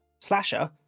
slasher